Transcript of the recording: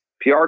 PR